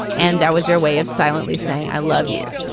and that was their way of silently saying, i love you,